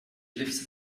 lives